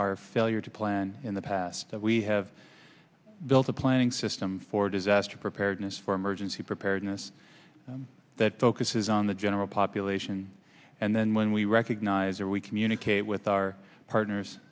our failure to plan in the past that we have built a planning system for disaster preparedness for emergency preparedness that focuses on the general population and then when we recognize or we communicate with our partners